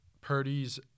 Purdy's –